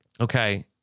okay